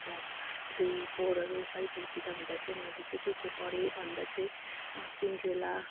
class three फोरहरू फाइभहरूतिर हुँदा चाहिँ मैले चाहिँ के के पढेँ भन्दा चाहिँ सिन्ड्रेला